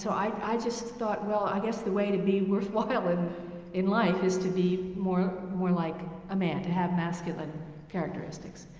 so i i just thought, well, i guess the way to be worthwhile and in life is to be more like a man, to have masculine characteristics.